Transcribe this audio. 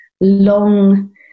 long